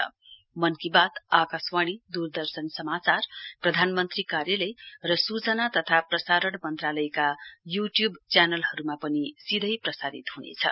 मन की बात आकाशवाणी दूरदर्शन समाचार प्रधानमन्त्री कार्यालय र सूचना तथा प्रसारण मन्त्रालयका यूट्यूब च्यानलहरूमा पनि सीधै प्रसारित हुनेछ